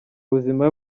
buzima